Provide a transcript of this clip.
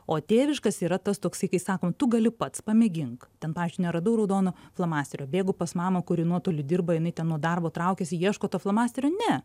o tėviškas yra tas toks kai sakom tu gali pats pamėgink ten pavyzdžiui neradau raudono flamasterio bėgu pas mamą kuri nuotoliu dirba jinai ten nuo darbo traukiasi ieško to flamasterio ne